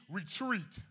retreat